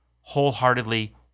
wholeheartedly